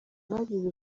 abagize